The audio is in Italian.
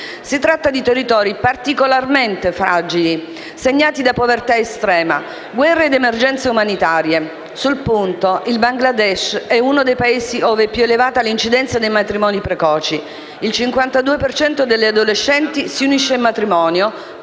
Si tratta di territori particolarmente fragili segnati da povertà estrema, guerre ed emergenze umanitarie. Sul punto, il Bangladesh è uno dei Paesi ove è più elevata l'incidenza dei matrimoni precoci: il 52 per cento delle adolescenti si unisce in matrimonio